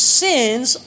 sins